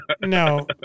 No